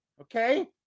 Okay